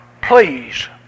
please